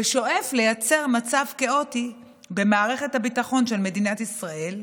ושואף לייצר מצב כאוטי במערכת הביטחון של מדינת ישראל,